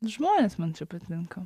žmonės man čia patinka